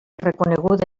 reconeguda